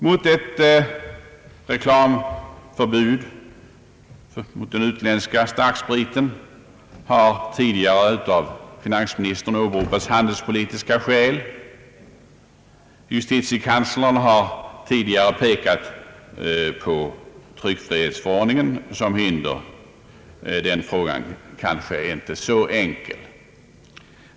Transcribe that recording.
Mot ett reklamförbud när det gäller utländsk starksprit har tidigare av finansministern åberopats handelspolitiska skäl. Justitiekanslern har tidigare pekat på tryckfrihetsförordningen såsom ett hinder. Denna fråga är således kanske inte så enkel.